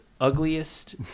ugliest